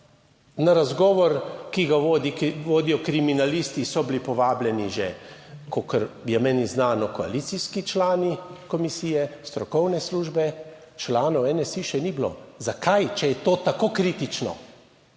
Na razgovor, ki ga vodi vodijo kriminalisti, so bili povabljeni že, kolikor je meni znano, koalicijski člani komisije, strokovne službe. Članov NSi še ni bilo. Zakaj, če je to tako kritično?